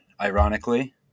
ironically